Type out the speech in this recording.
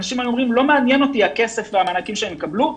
אנשים היו אומרים לא מעניין אותי הכסף והמענקים שהם יקבלו,